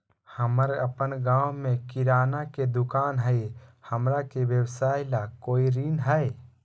हमर अपन गांव में किराना के दुकान हई, हमरा के व्यवसाय ला कोई ऋण हई?